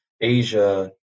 Asia